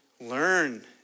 learn